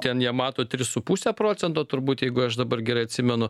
ten jie mato tris su puse procento turbūt jeigu aš dabar gerai atsimenu